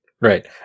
Right